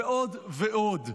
ועוד ועוד.